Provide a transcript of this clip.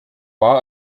war